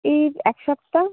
এই এক সপ্তাহ